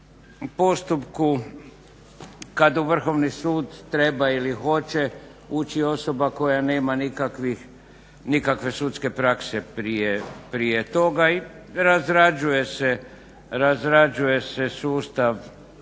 postupku kada u Vrhovni sud treba ili hoće ući osoba koja nema nikakve sudske prakse prije toga. I razrađuje se sustav